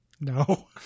No